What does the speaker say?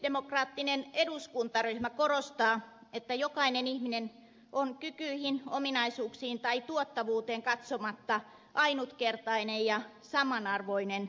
kristillisdemokraattinen eduskuntaryhmä korostaa että jokainen ihminen on kykyihin ominaisuuksiin tai tuottavuuteen katsomatta ainutkertainen ja saman arvoinen yksilö